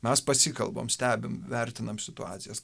mes pasikalbam stebim vertinam situacijas